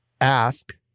ask